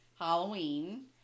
Halloween